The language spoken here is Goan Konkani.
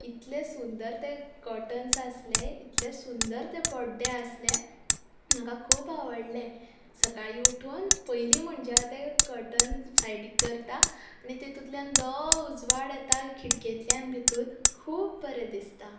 इतले सुंदर ते कटर्न्स आसले इतले सुंदर ते पड्डे आसले म्हाका खूब आवडले सकाळीं उठून पयली म्हणजे हांव ते कटर्न्स सायडीक करतां आनी तेतुतल्यान जो उजवाड येता खिडकेंतल्यान भितून खूब बरें दिसता